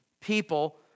people